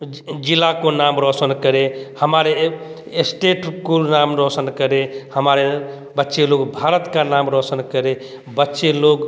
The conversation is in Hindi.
जिला को नाम रोशन करें हमारे स्टेट को नाम रोशन करें हमारे बच्चे लोग भारत का नाम रोशन करें बच्चे लोग